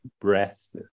breath